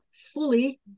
fully